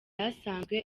asanzwe